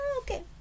okay